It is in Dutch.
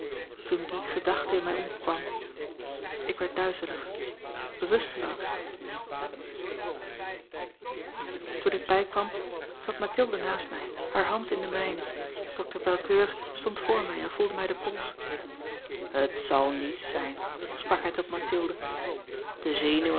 toen die gedachte in mij opkwam ik werd duizelig bewusteloos toen ik bijkwam zat mathilde naast mij haar hand in de mijne dokter belcoeur stond voor mij en voelde mij den pols het zal niets zijn sprak hij tot mathilde de zenuwen